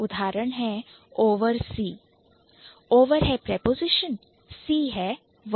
उदाहरण है Oversee oversee Over है Preposition और See है Verb